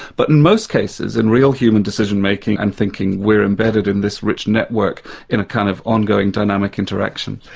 but in most cases, in real human decision-making and thinking, we're embedded in this rich network in a kind of ongoing dynamic interaction.